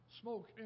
smoke